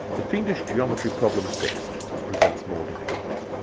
the fiendish geometry problem six presents more difficulties.